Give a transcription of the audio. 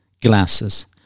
glasses